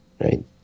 Right